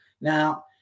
Now